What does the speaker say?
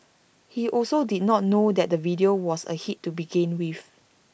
he also did not know that the video was A hit to begin with